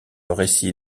récit